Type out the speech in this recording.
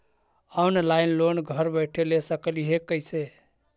Online loan घर बैठे ले सकली हे, कैसे?